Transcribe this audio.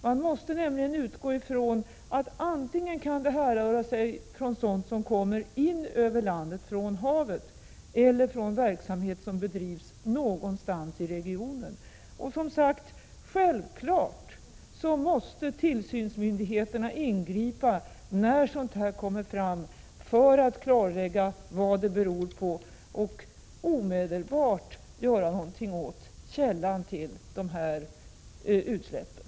Vi måste utgå från att utsläppen härrör antingen från sådant som kommer in över landet från havet eller från verksamhet som bedrivs någonstans i regionen. Tillsynsmyndigheterna måste självfallet ingripa när sådana här utsläpp görs samt klarlägga vad de beror på och omedelbart göra någonting åt utsläppen.